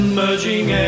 Emerging